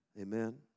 Amen